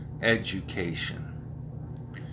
education